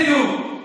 בדיוק,